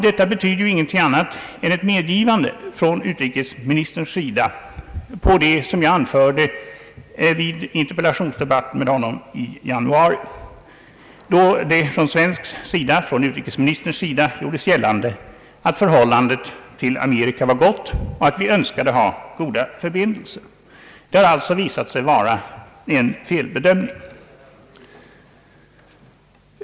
Detta betyder ju ingenting annat än ett medgivande från utrikesministern av det, som jag anförde vid interpellationsdebatten med honom i januari, då utrikesministern gjorde gällande att förhållandet till Amerika var gott och att vi önskade goda förbindelser. Det har alltså visat sig vara en felbedömning!